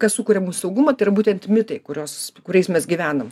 kas sukuria mūsų saugumą ir būtent mitai kuriuos kuriais mes gyvenam